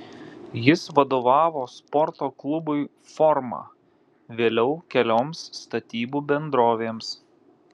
jis vadovavo sporto klubui forma vėliau kelioms statybų bendrovėms